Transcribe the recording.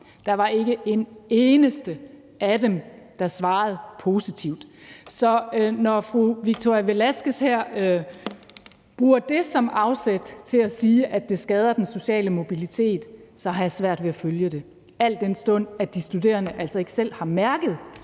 Der var ikke en eneste af dem, der svarede positivt. Så når fru Victoria Velasquez her bruger det som afsæt til at sige, at det skader den sociale mobilitet, så har jeg svært ved at følge det, al den stund at de studerende altså ikke selv har mærket,